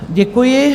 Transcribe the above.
Děkuji.